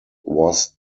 was